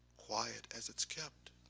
quiet as it's kept.